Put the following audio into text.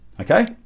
Okay